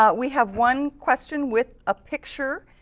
ah we have one question with a picture.